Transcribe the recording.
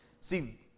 See